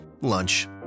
lunch